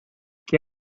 que